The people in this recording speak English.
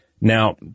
Now